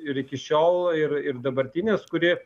ir iki šiol ir ir dabartinės kuri